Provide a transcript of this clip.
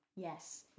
yes